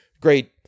Great